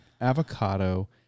avocado